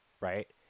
right